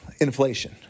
inflation